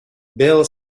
bill